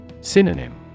Synonym